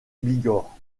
bigorre